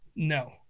No